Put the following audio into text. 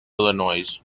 illinois